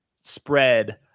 spread